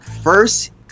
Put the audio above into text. First